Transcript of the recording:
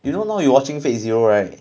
you know now you watching fate zero right